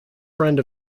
friend